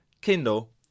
Kindle